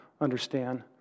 understand